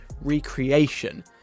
recreation